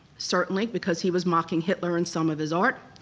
certainly, because he was mocking hitler in some of his art,